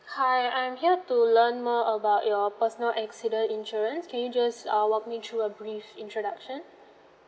hi I'm here to learn more about your personal accident insurance can you just uh walk me through a brief introduction